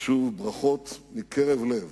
שוב ברכות מקרב לב